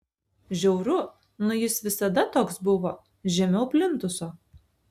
žiauru nu jis visada toks buvo žemiau plintuso